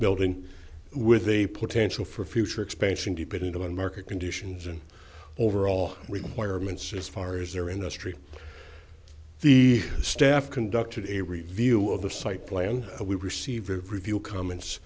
building with a potential for future expansion dependent on market conditions and overall requirements as far as their industry the staff conducted a review of the site plan we receive review comments